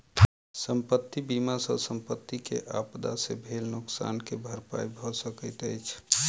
संपत्ति बीमा सॅ संपत्ति के आपदा से भेल नोकसान के भरपाई भअ सकैत अछि